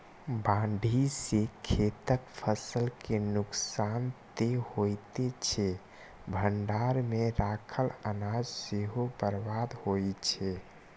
बाढ़ि सं खेतक फसल के नुकसान तं होइते छै, भंडार मे राखल अनाज सेहो बर्बाद होइ छै